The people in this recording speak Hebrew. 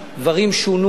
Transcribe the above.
דברים שונו,